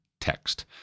text